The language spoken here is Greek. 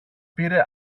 πήρε